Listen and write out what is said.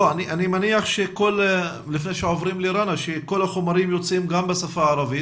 אני מניח שכל החומרים יוצאים גם בשפה הערבית?